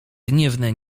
gniewne